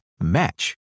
match